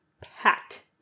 packed